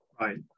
Right